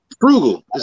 Frugal